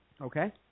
Okay